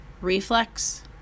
Reflex